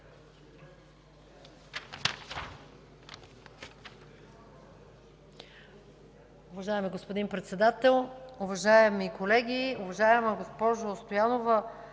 Уважаеми господин Председател, уважаеми колеги! Уважаема госпожо Стоянова,